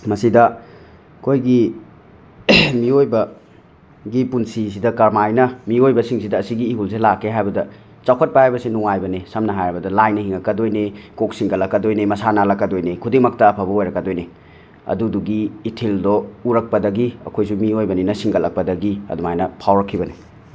ꯃꯁꯤꯗ ꯑꯩꯈꯣꯏꯒꯤ ꯃꯤꯌꯣꯏꯕ ꯒꯤ ꯄꯨꯟꯁꯤꯁꯤꯗ ꯀꯃꯥꯏꯅ ꯃꯤꯌꯣꯏꯕ ꯁꯤꯡꯁꯤꯗ ꯑꯁꯤꯒꯤ ꯏꯍꯨꯜꯁꯦ ꯂꯥꯛꯀꯦ ꯍꯥꯏꯕꯗ ꯆꯥꯎꯈꯠꯄ ꯍꯥꯏꯕꯁꯦ ꯅꯨꯡꯉꯥꯏꯕꯅꯤ ꯁꯝꯅ ꯍꯥꯏꯔꯕꯗ ꯂꯥꯏꯅ ꯍꯤꯡꯉꯛꯀꯗꯣꯏꯅꯤ ꯀꯣꯛ ꯁꯤꯡꯀꯠꯂꯛꯀꯗꯣꯏꯅꯤ ꯃꯁꯥ ꯅꯥꯜꯂꯛꯀꯗꯣꯏꯅꯤ ꯈꯨꯗꯤꯡꯃꯛꯇ ꯑꯐꯕ ꯑꯣꯏꯔꯛꯀꯗꯣꯏꯅꯤ ꯑꯗꯨꯗꯨꯒꯤ ꯏꯊꯤꯜꯗꯣ ꯎꯔꯛꯄꯗꯒꯤ ꯑꯩꯈꯣꯏꯁꯨ ꯃꯤꯌꯣꯏꯕꯅꯤꯅ ꯁꯤꯡꯀꯠꯂꯛꯄꯗꯒꯤ ꯑꯗꯨꯃꯥꯏꯅ ꯐꯥꯎꯔꯛꯈꯤꯕꯅꯤ